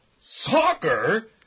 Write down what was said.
Soccer